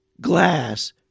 glass